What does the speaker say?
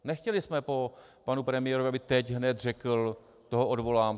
Nechtěli jsme po panu premiérovi, aby teď hned řekl: Toho odvolám.